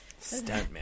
Stuntman